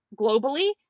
globally